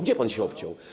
Gdzie pan się obciął?